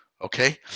Okay